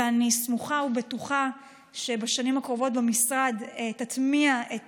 אני סמוכה ובטוחה שבשנים הקרובות במשרד תטמיע את